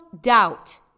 doubt